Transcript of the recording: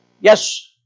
Yes